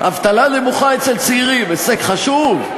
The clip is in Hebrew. אבטלה נמוכה אצל צעירים, הישג חשוב?